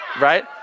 right